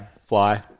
fly